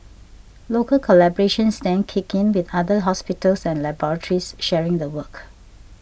local collaborations then kicked in with other hospitals and laboratories sharing the work